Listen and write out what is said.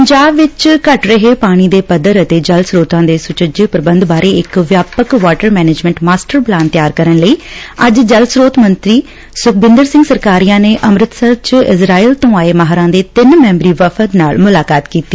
ਪੰਜਾਬ ਵਿੱਚ ਘਟ ਰਹੇ ਪਾਣੀ ਦੇ ਪੱਧਰ ਅਤੇ ਜਲ ਸਰੋਤਾਂ ਦੇ ਸੁਚੱਜੇ ਪ੍ਰਬੰਧ ਬਾਰੇ ਇਕ ਵਿਆਪਕ ਵਾਟਰ ਮੈਨੇਜਮੈਂਟ ਮਾਸਟਰ ਪਲਾਨ ਤਿਆਰ ਕਰਨ ਲਈ ਅੱਜ ਜਲ ਸ੍ਰੋਤ ਮੰਤਰੀ ਸੁਖਬਿੰਦਰ ਸਿੰਘ ਸਰਕਾਰੀਆ ਨੇ ਅਮ੍ਤਿਤਸਰ 'ਚ ਇਜ਼ਰਾਇਲ ਤੋ ਆਏ ਮਾਹਿਰਾਂ ਦੇ ਤਿੰਨ ਮੈਂਬਰੀ ਵਫਦ ਨਾਲ਼ ਮੁਲਾਕਾਤ ਕੀਤੀ